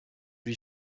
lui